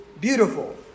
beautiful